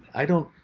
i don't.